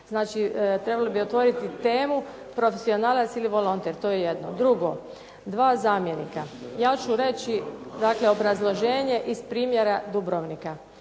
Znači, trebali bi otvoriti temu profesionalac ili volonter. To je jedno. Drugo, dva zamjenika. Ja ću reći, dakle obrazloženje iz primjera Dubrovnika.